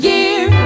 Year